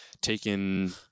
taken